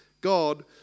God